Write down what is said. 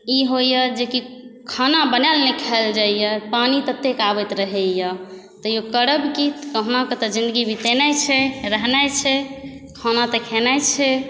ई होइए जेकि खाना बनायल नहि खायल जाइया पानि ततेक आबैत रहैया तैयो करब की कहुनाकऽ तऽ जिन्दगी बितेनाइ छै रहनाइ छै खाना तऽ खेनाइ छै